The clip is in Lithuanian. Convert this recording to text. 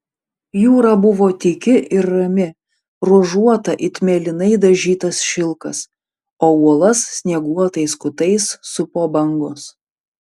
jūra buvo tyki ir rami ruožuota it mėlynai dažytas šilkas o uolas snieguotais kutais supo bangos